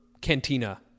Cantina